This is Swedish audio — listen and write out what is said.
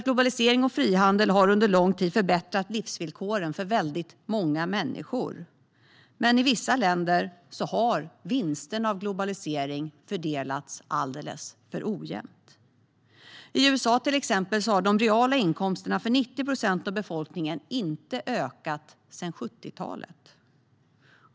Globalisering och frihandel har under lång tid förbättrat livsvillkoren för väldigt många människor, men i vissa länder har vinsterna av globaliseringen fördelats alldeles för ojämnt. I USA, till exempel, har de reala inkomsterna för 90 procent av befolkningen inte ökat sedan 70-talet.